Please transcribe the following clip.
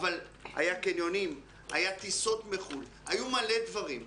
אבל היו קניונים, היו טיסות מחו"ל, היו מלא דברים.